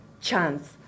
chance